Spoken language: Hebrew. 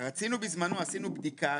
בזמנו עשינו בדיקה.